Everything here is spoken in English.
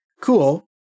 cool